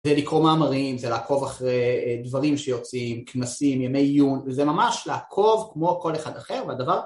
זה לקרוא מאמרים, זה לעקוב אחרי דברים שיוצאים, כנסים, ימי עיון, זה ממש לעקוב כמו כל אחד אחר, והדבר...